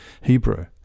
Hebrew